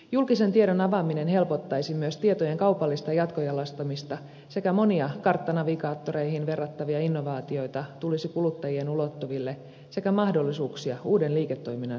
julkisen tiedon avaaminen helpottaisi myös tietojen kaupallista jatkojalostamista sekä monia karttanavigaattoreihin verrattavia innovaatioita tulisi kuluttajien ulottuville sekä mahdollisuuksia uuden liiketoiminnan synnyttämiseen